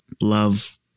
love